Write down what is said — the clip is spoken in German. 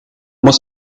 muss